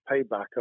payback